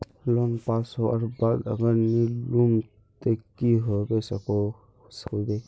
Loan pass होबार बाद अगर नी लुम ते की होबे सकोहो होबे?